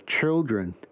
children